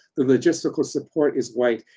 the logistical support is white,